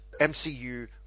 MCU